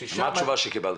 -- מה התשובה שקיבלת?